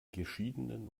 geschiedenen